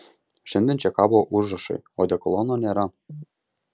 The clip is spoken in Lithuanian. šiandien čia kabo užrašai odekolono nėra